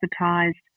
advertised